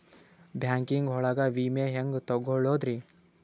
Banking ಒಳಗ ವಿಮೆ ಹೆಂಗ್ ತೊಗೊಳೋದ್ರಿ?